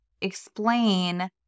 explain